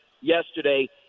yesterday